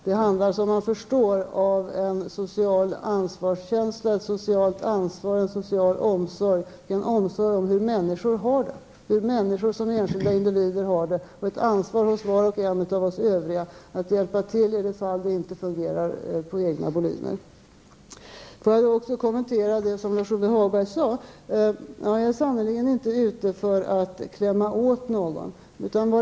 Det handlar som man förstår om en social ansvarskänsla, ett socialt ansvar och en social omsorg, dvs. en omsorg om hur människor som enskilda individer har det och ett ansvar hos var och en av oss övriga att hjälpa till i de fall det inte fungerar av egen kraft. Får jag också kommentera det som Lars-Ove Hagberg sade. Jag är sannerligen inte ute för att klämma åt någon.